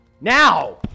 Now